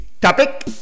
topic